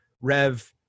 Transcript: Rev